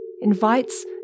invites